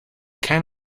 can